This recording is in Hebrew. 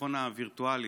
התיכון הווירטואלי.